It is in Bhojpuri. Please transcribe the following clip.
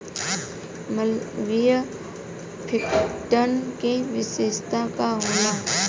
मालवीय फिफ्टीन के विशेषता का होला?